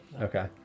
Okay